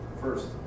First